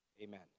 amen